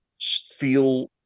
feel